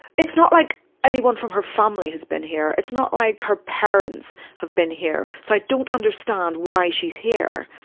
it's not like anyone from her family has been here, it's not like her parents have been here, so i don't understand why she's here.